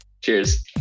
cheers